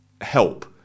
help